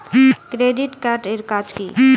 Credit card এর কাজ কি?